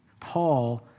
Paul